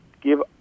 give